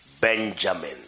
Benjamin